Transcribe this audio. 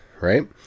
right